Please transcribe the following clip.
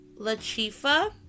LaChifa